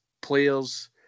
players